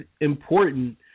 important